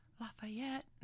Lafayette